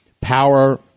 power